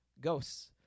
Ghosts